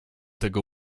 tego